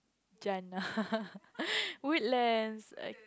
Woodlands